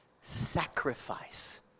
sacrifice